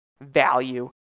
value